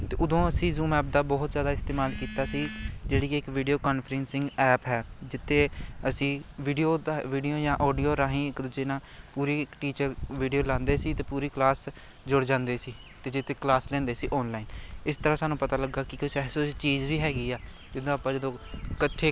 ਅਤੇ ਉਦੋਂ ਅਸੀਂ ਜ਼ੂਮ ਐਪ ਦਾ ਬਹੁਤ ਜ਼ਿਆਦਾ ਇਸਤੇਮਾਲ ਕੀਤਾ ਸੀ ਜਿਹੜੀ ਕਿ ਇੱਕ ਵੀਡੀਓ ਕਾਨਫਰਸਿੰਗ ਐਪ ਹੈ ਜਿੱਥੇ ਅਸੀਂ ਵੀਡੀਓ ਤਾਂ ਵੀਡੀਓ ਜਾਂ ਔਡੀਓ ਰਾਹੀਂ ਇੱਕ ਦੂਜੇ ਨਾਲ ਪੂਰੀ ਟੀਚਰ ਵੀਡੀਓ ਲਾਉਂਦੇ ਸੀ ਅਤੇ ਪੂਰੀ ਕਲਾਸ ਜੁੜ ਜਾਂਦੇ ਸੀ ਅਤੇ ਜਿੱਥੇ ਕਲਾਸ ਲੈਂਦੇ ਸੀ ਔਨਲਾਈਨ ਇਸ ਤਰ੍ਹਾਂ ਸਾਨੂੰ ਪਤਾ ਲੱਗਾ ਕਿ ਕੁਝ ਇਸ ਚੀਜ਼ ਵੀ ਹੈਗੀ ਆ ਜਿੱਦਾਂ ਆਪਾਂ ਜਦੋਂ ਇਕੱਠੇ